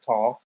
Talk